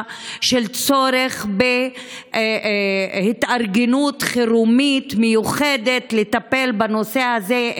של צורך בהתארגנות חירומית מיוחדת לטפל בנושא הזה,